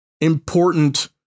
important